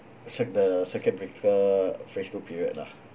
just like the circuit breaker phase two period lah